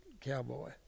cowboy